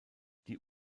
die